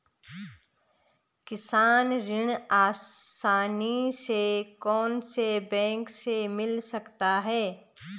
किसान ऋण आसानी से कौनसे बैंक से मिल सकता है?